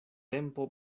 tempo